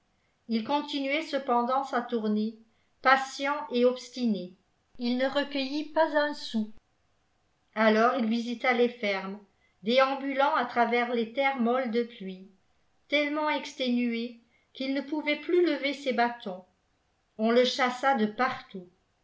il continuait cependant sa tournée patient et obstinée il ne recueillit pas un sou alors il visita les fermes déambulant à travers les terres molles de pluie tellement exténué qu'il ne pouvait plus lever ses bâtons on le chassa de partout